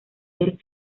del